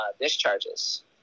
discharges